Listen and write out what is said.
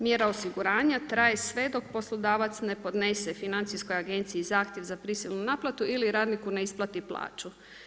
Mjera osiguranja traje sve dok poslodavac ne podnese Financijskoj agenciji zahtjev za prisilnu naplatu ili radniku ne isplati plaću.